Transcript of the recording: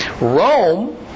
Rome